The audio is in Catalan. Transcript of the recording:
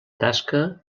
tasca